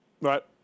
Right